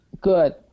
good